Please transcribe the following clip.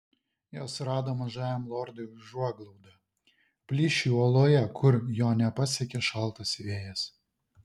jos rado mažajam lordui užuoglaudą plyšį uoloje kur jo nepasiekė šaltas vėjas